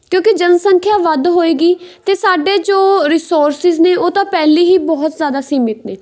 ਕਿਉਂਕਿ ਜਨਸੰਖਿਆ ਵੱਧ ਹੋਵੇਗੀ ਅਤੇ ਸਾਡੇ ਜੋ ਰਿਸੋਰਸਿਜ ਨੇ ਉਹ ਤਾਂ ਪਹਿਲਾਂ ਹੀ ਬਹੁਤ ਜ਼ਿਆਦਾ ਸੀਮਿਤ ਨੇ